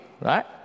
right